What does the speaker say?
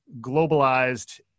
globalized